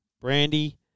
Brandy